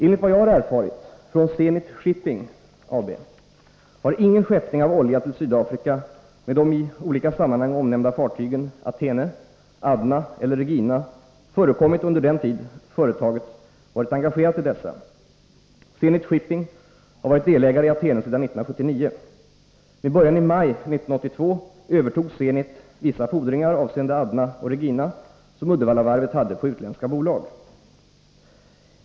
Enligt vad jag erfarit från Zenit Shipping AB har ingen skeppning av olja till Sydafrika med de i olika sammanhang omnämnda fartygen Athene, Adna eller Regina förekommit under den tid företaget varit engagerat i dessa. Zenit Shipping AB har varit delägare i Athene sedan 1979. Med början i maj 1982 övertog Zenit vissa fordringar avseende Adna och Regina som Uddevallavarvet hade på utländska bolag.